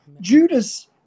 Judas